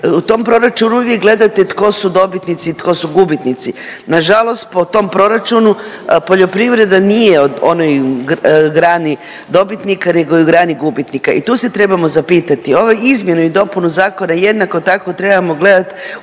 U tom proračunu uvijek gledate tko su dobitnici i tko su gubitnici. Nažalost po tom proračunu nije u onoj grani dobitnika nego je u grani gubitnika i tu se trebamo zapitati ovaj izmjenu i dopunu zakona jednako tako trebamo gledati